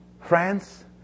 France